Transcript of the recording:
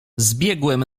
zbiegłem